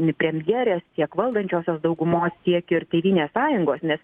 premjerės tiek valdančiosios daugumos tiek ir tėvynės sąjungos nes